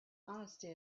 honesty